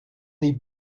niet